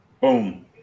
Boom